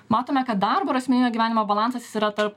matome kad darbo ir asmeninio gyvenimo balansas jis yra tarp